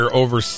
over